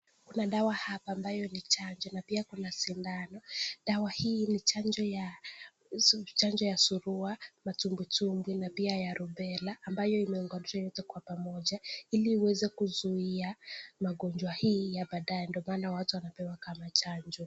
Kuna dawa hapa ambayo ni chanjo na pia kuna sindano. Dawa hii ni chanjo ya surua, matumbwitumbwi na pia ya rubela ambayo imeunganishwa kwa pamoja ili iweze kuzuia magonjwa hii ya baadaye ndo maana watu wanapewa kama chanjo.